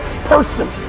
person